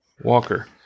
Walker